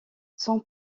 son